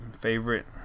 favorite